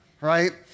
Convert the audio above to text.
right